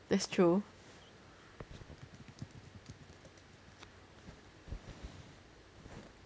that's true